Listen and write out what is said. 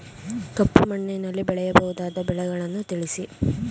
ಕಪ್ಪು ಮಣ್ಣಿನಲ್ಲಿ ಬೆಳೆಯಬಹುದಾದ ಬೆಳೆಗಳನ್ನು ತಿಳಿಸಿ?